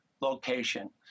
location